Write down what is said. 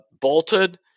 bolted